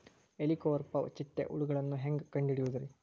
ಹೇಳಿಕೋವಪ್ರ ಚಿಟ್ಟೆ ಹುಳುಗಳನ್ನು ಹೆಂಗ್ ಕಂಡು ಹಿಡಿಯುದುರಿ?